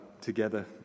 together